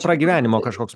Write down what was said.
pragyvenimo kažkoks